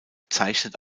zeichnet